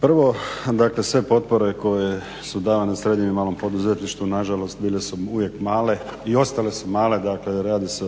Prvo dakle sve potpore koje su davane srednjem i malom poduzetništvu nažalost bile su uvijek male i ostale su male, dakle radi se